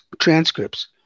transcripts